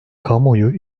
kamuoyu